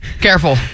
Careful